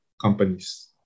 companies